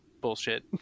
bullshit